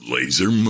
Laser